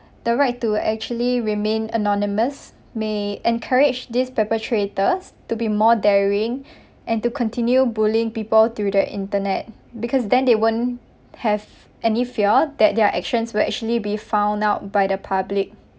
the right to actually remain anonymous may encourage these perpetrators to be more daring and to continue bullying people through the internet because then they won't have any fear that their actions will actually be found out by the public